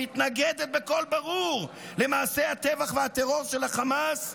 המתנגדת בקול ברור למעשי הטבח והטרור של החמאס,